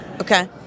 Okay